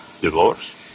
Divorce